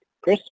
Chris